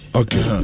okay